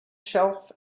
shelf